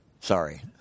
Sorry